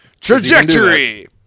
Trajectory